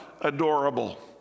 adorable